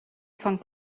fan